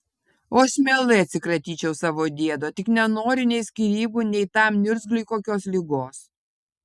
o aš mielai atsikratyčiau savo diedo tik nenoriu nei skyrybų nei tam niurgzliui kokios ligos